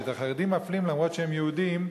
שאת החרדים מפלים למרות שהם יהודים,